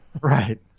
Right